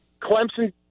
Clemson